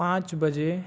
ᱯᱟᱸᱪ ᱵᱟᱡᱮ